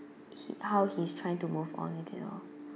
he how he's trying to move on with it lor